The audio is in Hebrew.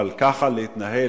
אבל ככה להתנהל,